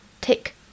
take